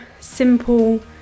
simple